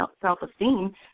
self-esteem